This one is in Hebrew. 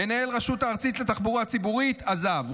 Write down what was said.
מנהל הרשות הארצית לתחבורה הציבורית עזב,